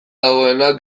dagoenak